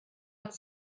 att